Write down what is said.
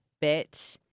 bit